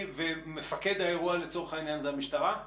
מפקד האירוע לצורך העניין זה המשטרה?